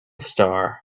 star